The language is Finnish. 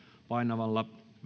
painamalla